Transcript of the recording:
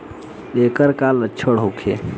ऐकर का लक्षण होखे?